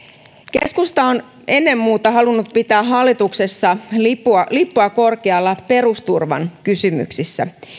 keskusta on ennen muuta halunnut pitää hallituksessa lippua lippua korkealla perusturvan kysymyksissä